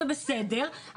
זה בסדר,